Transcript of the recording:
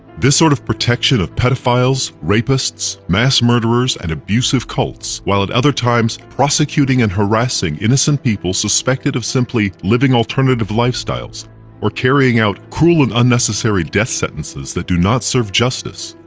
this sort of protection of pedophiles, rapists, mass murderers and abusive cults, while at other times prosecuting and harassing innocent people suspected of simply living alternative lifestyles or carrying out cruel, or and unnecessary death sentences that do not serve justice,